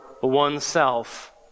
oneself